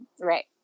Right